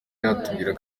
atubwira